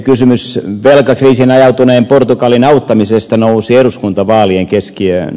kysymys velkakriisiin ajautuneen portugalin auttamisesta nousi eduskuntavaalien keskiöön